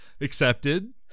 Accepted